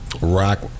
Rock